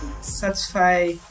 satisfy